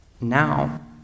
Now